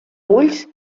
ulls